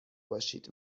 باشید